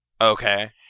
Okay